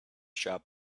shop